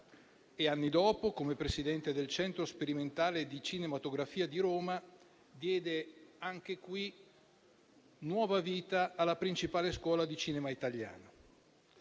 Anni dopo, come presidente del Centro sperimentale di cinematografia di Roma, diede anche qui nuova vita alla principale scuola di cinema italiana.